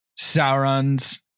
Sauron's